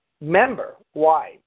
member-wide